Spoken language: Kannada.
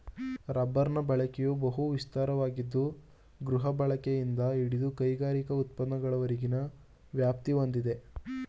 ರಬ್ಬರ್ನ ಬಳಕೆಯು ಬಹು ವಿಸ್ತಾರವಾಗಿದ್ದು ಗೃಹಬಳಕೆಯಿಂದ ಹಿಡಿದು ಕೈಗಾರಿಕಾ ಉತ್ಪನ್ನಗಳವರೆಗಿನ ವ್ಯಾಪ್ತಿ ಹೊಂದಿದೆ